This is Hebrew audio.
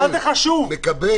-- מה זה חשוב --- הוא מקבל.